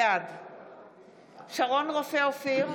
בעד שרון רופא אופיר,